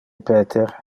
peter